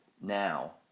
now